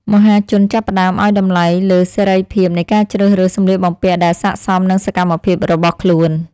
មហាជនចាប់ផ្តើមឱ្យតម្លៃលើសេរីភាពនៃការជ្រើសរើសសម្លៀកបំពាក់ដែលស័ក្តិសមនឹងសកម្មភាពរបស់ខ្លួន។